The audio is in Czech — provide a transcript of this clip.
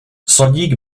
sodík